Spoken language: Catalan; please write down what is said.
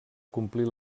complir